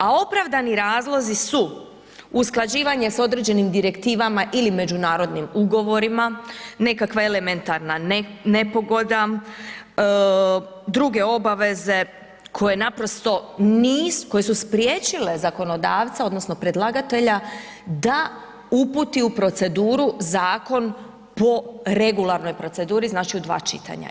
A pravdani razlozi su: usklađivanje s određenim direktivama ili međunarodnim ugovorima, nekakva elementarna nepogoda, druge obaveze koje naprosto su spriječile zakonodavca odnosno predlagatelja da uputi u proceduru zakon po regularnoj proceduri, znači od dva čitanja.